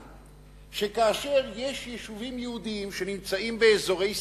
שכאשר יש יישובים יהודיים באזורי סיכון,